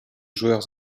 joueurs